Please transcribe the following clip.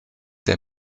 der